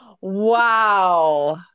Wow